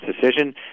decision